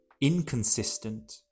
Inconsistent